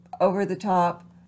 over-the-top